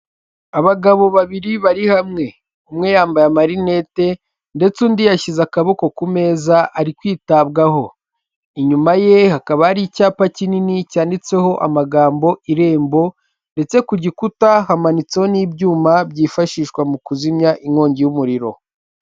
Abagabo babiri bari hamwe. Umwe yambaye amarinete, ndetse undi yashyize akaboko ku meza ari kwitabwaho. Inyuma ye hakaba ari icyapa kinini cyanditseho amagambo irembo, ndetse ku gikuta hamanitseho n'ibyuma byifashishwa mu kuzimya inkongi y'umuriro.